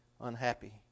unhappy